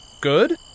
good